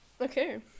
okay